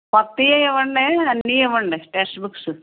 క్రొత్తవే ఇవ్వండే అన్నీ ఇవ్వండి టెక్స్ట్ బుక్సు